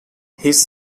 his